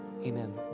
Amen